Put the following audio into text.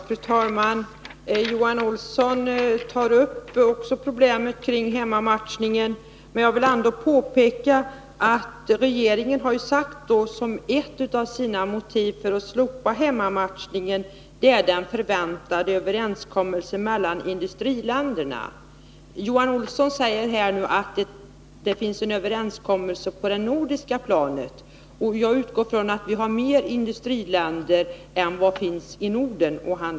Fru talman! Johan Olsson tar upp problemet kring hemmamatchningen. Jag vill då påpeka att regeringen har sagt att den förväntade överenskommelsen mellan industriländerna är ett av dess motiv för att slopa hemmamatchningen. Johan Olsson säger nu att det finns en överenskommelse på det nordiska planet. Jag utgår från att vi har fler industriländer att handla med än de i Norden.